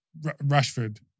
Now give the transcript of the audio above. Rashford